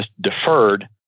deferred